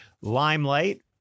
Limelight